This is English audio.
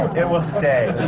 it will stay!